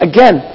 Again